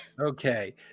Okay